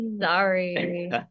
Sorry